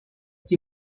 die